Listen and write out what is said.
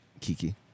Kiki